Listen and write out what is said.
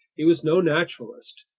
he was no naturalist,